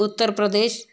Uttar Pradesh